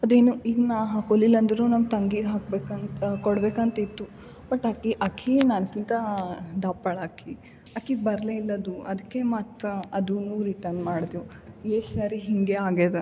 ಅದೇನು ಈಗ ನಾ ಹಾಕೊಲಿಲ್ಲ ಅಂದರು ನಮ್ಮ ತಂಗಿಗೆ ಹಾಕ್ಬೇಕಂತ ಕೊಡ್ಬೇಕಂತ ಇತ್ತು ಬಟ್ ಹಾಕಿ ಹಾಕಿ ನನ್ಗಿಂತ ದಪ್ಪಳಾಕಿ ಆಕೆಗೆ ಬರಲೆ ಇಲ್ಲ ಅದು ಅದ್ಕೆ ಮತ್ತು ಅದೂ ರಿಟರ್ನ್ ಮಾಡಿದ್ವು ಎಷ್ಟು ಸಾರಿ ಹಿಂಗೇ ಆಗಿದೆ